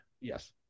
yes